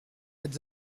êtes